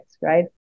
right